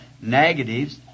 negatives